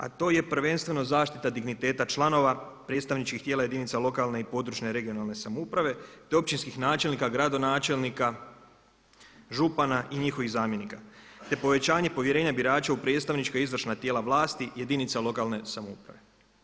A to je prvenstveno zaštita digniteta članova, predstavničkih tijela jedinica lokalne i područne, regionalne samouprave, do općinskih načelnika, gradonačelnika, župana i njihovih zamjenika, te povećanje povjerenja birača u predstavnička i izvršna tijela vlasti, jedinica lokalne samouprave.